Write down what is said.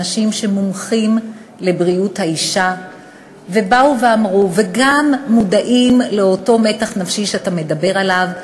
אנשים שמומחים לבריאות האישה וגם מודעים לאותו מתח נפשי שאתה מדבר עליו,